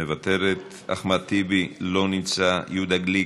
מוותרת, אחמד טיבי, לא נמצא, יהודה גליק,